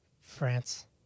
France